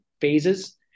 phases